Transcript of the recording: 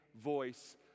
voice